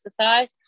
exercise